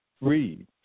read